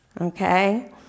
okay